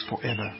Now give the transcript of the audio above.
forever